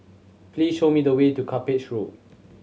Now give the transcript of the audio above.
please show me the way to Cuppage Road